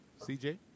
CJ